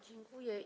Dziękuję.